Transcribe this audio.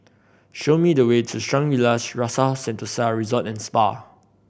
show me the way to Shangri La's Rasa Sentosa Resort and Spa